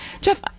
Jeff